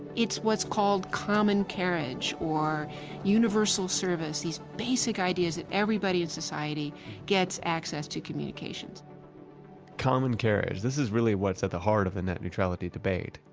it's what's called common carriage or universal service. these basic ideas that everybody in society gets access to communications common carriers. this is really what's at the heart of the net neutrality debate.